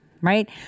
right